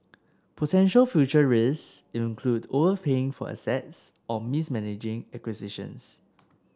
potential future risks include overpaying for assets or mismanaging acquisitions